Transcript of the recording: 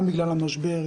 גם בגלל המשבר,